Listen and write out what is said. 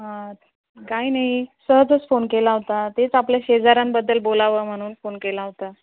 हां काही नाही सहजच फोन केला होता तेच आपल्या शेजारांबद्दल बोलावं म्हणून फोन केला होता